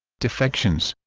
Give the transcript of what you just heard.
defections